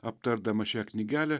aptardamas šią knygelę